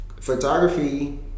Photography